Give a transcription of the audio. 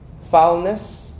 foulness